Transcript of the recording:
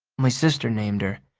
my sister named her.